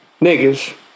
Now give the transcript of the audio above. niggas